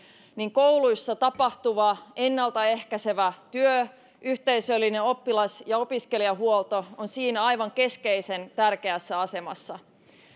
kouluissa tapahtuva ennalta ehkäisevä työ yhteisöllinen oppilas ja opiskelijahuolto on siinä aivan keskeisen tärkeässä asemassa